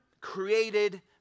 created